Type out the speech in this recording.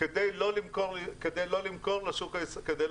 כדי לא למכור לשוק הישראלי.